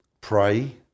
pray